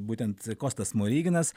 būtent kostas smoriginas